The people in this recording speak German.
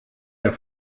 der